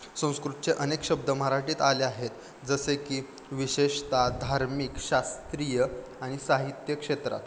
संस्कृतचे अनेक शब्द मराठीत आले आहेत जसे की विशेषतः धार्मिक शास्त्रीय आणि साहित्य क्षेत्रात